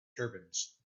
turbans